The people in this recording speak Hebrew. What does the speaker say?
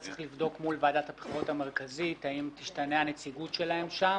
וצריך לבדוק מול ועדת הבחירות המרכזית האם תשתנה הנציגות שלהם שם.